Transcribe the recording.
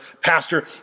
Pastor